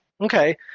Okay